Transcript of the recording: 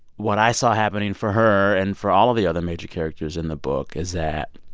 what i saw happening for her and for all of the other major characters in the book is that,